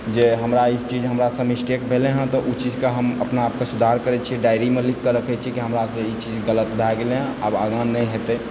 जे हमरा ई चीज हमरासँ मिस्टेक भेलय हँ तऽ ओ चीजके हम अपना आपके सुधार करय छी डायरीमे लिखकऽ रखय छियै कि हमरासे ई चीज गलत भए गेलइ हँ अब आगाँ नहि हेतै